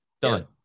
Done